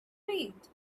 read